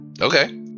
Okay